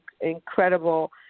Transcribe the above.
incredible